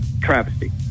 Travesty